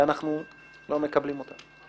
ואנחנו לא מקבלים אותה.